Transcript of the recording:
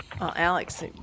Alex